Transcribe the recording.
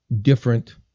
different